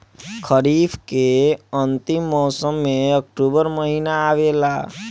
खरीफ़ के अंतिम मौसम में अक्टूबर महीना आवेला?